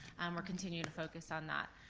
we're continuing to focus on that.